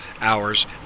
hours